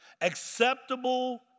acceptable